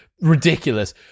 ridiculous